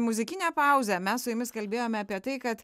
muzikinę pauzę mes su jumis kalbėjome apie tai kad